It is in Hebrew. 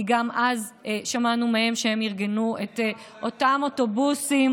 כי גם אז שמענו מהם שהם ארגנו את אותם אוטובוסים,